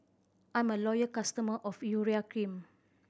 I'm a loyal customer of Urea Cream